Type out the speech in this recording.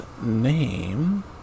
name